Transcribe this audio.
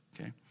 okay